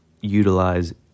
utilize